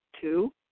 Two